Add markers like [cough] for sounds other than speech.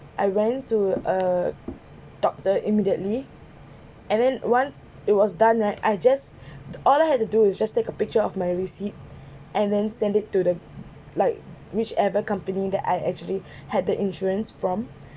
I went to a doctor immediately and then once it was done right I just [breath] all I had to do is just take a picture of my receipt [breath] and then send it to the like whichever company that I actually [breath] had the insurance